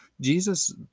Jesus